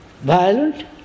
violent